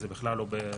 זה בכלל לא בגזרתנו.